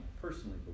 personally